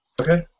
Okay